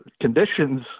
conditions